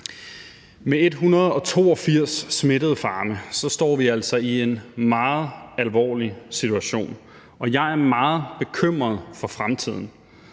Med 182 smittede farme står vi altså i en meget alvorlig situation, og jeg er meget bekymret for fremtiden